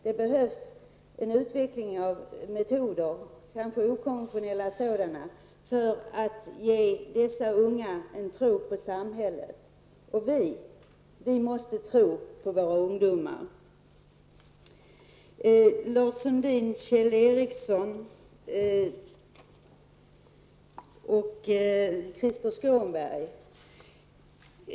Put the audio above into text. Man behöver utveckla metoder, kanske okonventionella sådana, för att ge de unga en tro på samhället. Vi själva måste tro på våra ungdomar. Ericsson och Krister Skånberg.